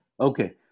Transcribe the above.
Okay